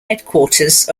headquarters